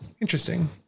interesting